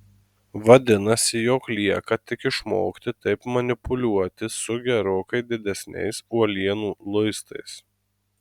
vadinasi jog lieka tik išmokti taip manipuliuoti su gerokai didesniais uolienų luistais